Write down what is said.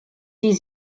die